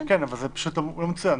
כן, אבל זה פשוט לא מצוין.